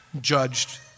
judged